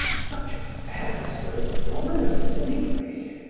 such affairs were abominable anyway!